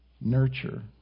nurture